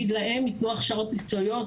נניח שלהן ייתנו הכשרות מקצועיות,